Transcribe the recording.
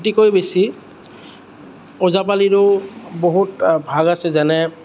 অতিকৈ বেছি ওজাপালিৰো বহুত ভাগ আছে যেনে